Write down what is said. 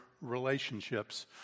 relationships